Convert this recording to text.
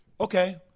Okay